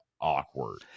awkward